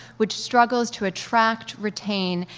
which struggles to attract, retain,